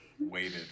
waited